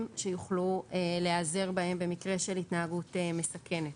שיוכלו להיעזר בהם במקרה של התנהגות מסכנת.